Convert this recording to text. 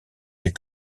les